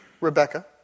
Rebecca